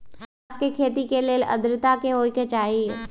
कपास के खेती के लेल अद्रता की होए के चहिऐई?